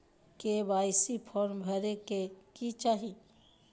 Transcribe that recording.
KYC form भरे ले कि चाही?